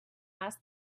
ask